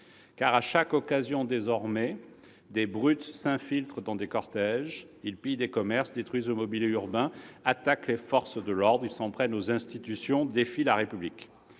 à chaque occasion, des brutes s'infiltrent dans les cortèges. Elles pillent les commerces, détruisent le mobilier urbain, attaquent les forces de l'ordre. Elles s'en prennent aux institutions et défient la République.